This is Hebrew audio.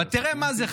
אבל תראה מה זה,